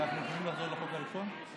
אני יכול לחזור לחוק הראשון?